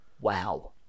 Wow